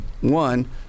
one